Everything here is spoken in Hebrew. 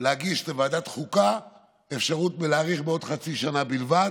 להגיש לוועדת חוקה אפשרות להאריך בעוד חצי שנה בלבד,